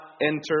enter